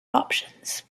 options